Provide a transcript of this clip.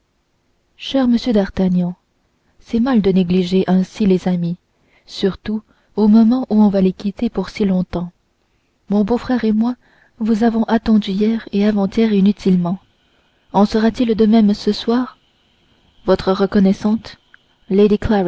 cher monsieur d'artagnan c'est mal de négliger ainsi ses amis surtout au moment où l'on va les quitter pour si longtemps mon beau-frère et moi nous avons attendu hier et avant-hier inutilement en sera-t-il de même ce soir votre bien reconnaissante